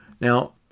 Now